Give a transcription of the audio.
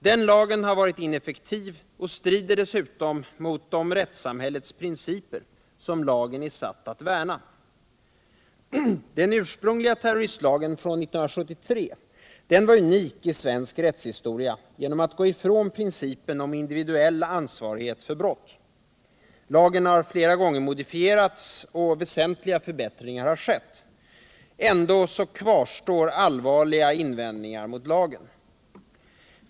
Den lagen har varit ineffektiv och strider dessutom mot de rättssamhällets principer som lagen är satt att värna. Den ursprungliga terroristlagen från 1973 var unik i svensk rättshistoria genom att den frångick principen om individuell ansvarighet för brott. Lagen har flera gånger modifierats och väsentliga förbättringar har åstadkommits. Ändå kvarstår allvarliga invändningar mot den.